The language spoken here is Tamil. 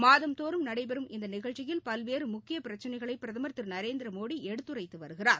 மாதந்தோறம் நடைபெறும் இந்தநிகழ்ச்சியில் பல்வேறுமுக்கியபிரச்சினைகளைபிரதமர் திருநரேந்திரமோடிஎடுத்துரைத்துவருகிறார்